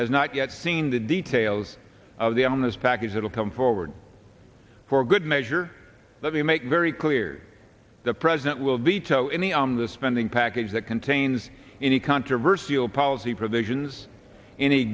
has not yet seen the details of the on this package that will come forward for good measure let me make very clear the president will veto any on the spending package that contains any controversal policy provisions any